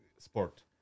Sport